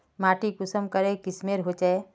माटी कुंसम करे किस्मेर होचए?